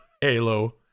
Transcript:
halo